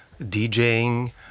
DJing